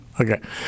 Okay